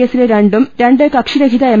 എസിലെ രണ്ടും രണ്ട് കക്ഷിരഹിത എം